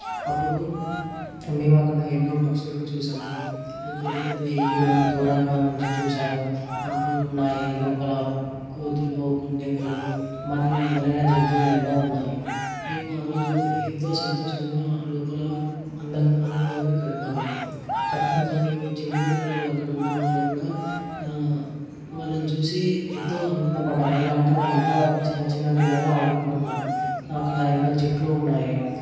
అప్పుడు మేము అక్కడ ఎన్నో పక్షులను చూసాము పెద్ద పెద్ద ఏనుగులను దూరంగా నుంచి చూసాము పాములు ఉన్నాయి లోపల కోతులు కొండంగలు మరియు మొదలైన జంతువులు ఎన్నో ఉన్నాయి మేము ఆరోజు ఎంతో సంతోషంగా లోపల అందం ఆనందంగా గడిపాము అప్పుడు ఇంకా మేము చిన్నపిల్లలు అక్కడ ఉన్న వాళ్ళు కూడా వాళ్ళని చూసి ఎంతో ఆనందపడ్డాము ఎలా అంటే వాళ్ళు అందరూ చిన్న చిన్న పిల్లలు ఆడుకుంటున్నారు అక్కడ ఎన్నో చెట్లు ఉన్నాయి